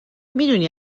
میدونی